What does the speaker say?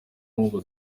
ngo